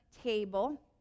table